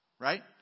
right